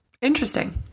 Interesting